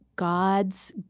God's